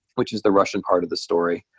which is the russian part of the story.